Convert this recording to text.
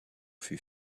fut